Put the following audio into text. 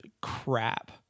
crap